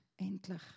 endlich